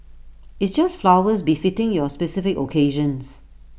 it's just flowers befitting your specific occasions